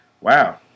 Wow